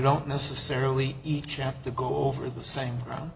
don't necessarily each have to go over the same